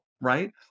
right